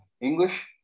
English